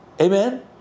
Amen